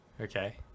okay